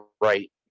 right